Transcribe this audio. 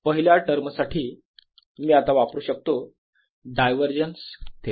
पहिल्या टर्मसाठी मी आता वापरू शकतो डायव्हरजन्स थेरम